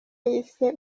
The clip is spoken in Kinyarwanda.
yise